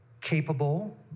capable